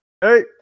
Hey